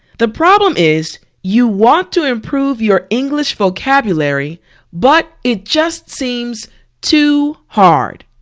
the problem is you want to improve your english vocabulary but it just seems too hard.